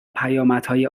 پیامدهای